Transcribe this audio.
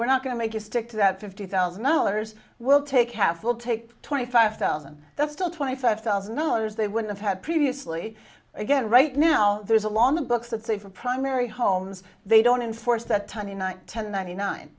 we're not going to make you stick to that fifty thousand dollars we'll take half we'll take twenty five thousand that's still twenty five thousand dollars they wouldn't have previously again right now there's along the books that say for primary homes they don't enforce that tunney nine ten ninety nine